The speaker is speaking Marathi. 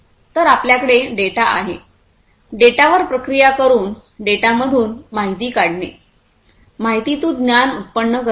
तर आपल्याकडे डेटा आहेडेटावर प्रक्रिया करून डेटामधून माहिती काढणे माहितीतून ज्ञान उत्पन्न करणे